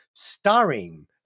Starring